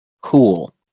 cool